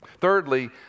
thirdly